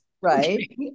right